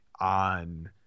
on